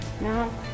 No